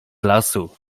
lasu